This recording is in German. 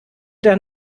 der